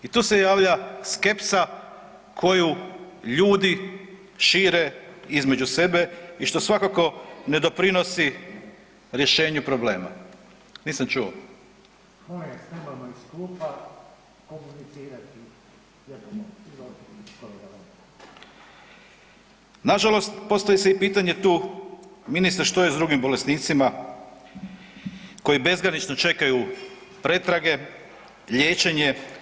I tu se javlja skepsa koju ljudi šire između sebe i što svakako ne doprinosi rješenju problema. … [[Upadica se ne razumije.]] Nisam čuo. … [[Upadica se ne razumije.]] Na žalost postavlja se i pitanje tu ministre, što je s drugim bolesnicima koji bezgranično čekaju pretrage, liječenje?